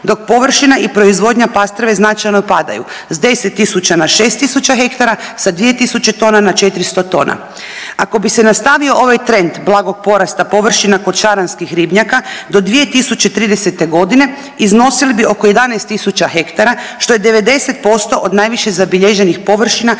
dok površina i proizvodnja pastrve značajno opadaju. S 10 tisuća na 6 tisuća hektara, s 2 tisuće tona na 400 tona. Ako bi se nastavio ovaj trend blagog porasta površina kod šaranskih ribnjaka, do 2030. iznosili bi oko 11 tisuća hektara, što je 90% od najviše zabilježenih površina